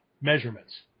measurements